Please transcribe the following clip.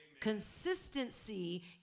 Consistency